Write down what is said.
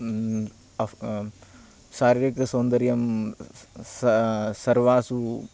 शारीरिकसौन्दर्यं सर्वासु